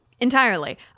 Entirely